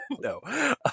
No